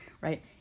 right